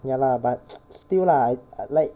ya lah but still lah like